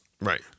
Right